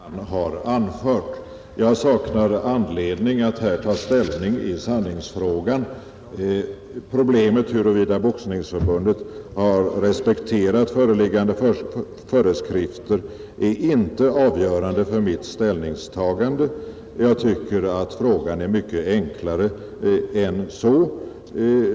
Herr talman! Jag vill gärna understryka för herr Sjöholm att när jag förklarade mig inte vara helt övertygad om vederhäftigheten i hans uppgifter hade jag som bakgrund att det inom utskottet har lämnats uppgifter, som i viss utsträckning gått i strid med vad han anfört. Jag saknar anledning att här ta ställning i sanningsfrågan. Problemet huruvida Boxningsförbundet har respekterat föreliggande föreskrifter är inte avgörande för mitt ställningstagande. Jag tycker att frågan är mycket enklare än så.